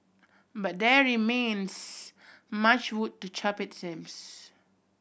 but there remains much wood to chop it seems